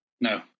no